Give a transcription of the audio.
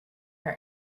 her